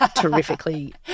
terrifically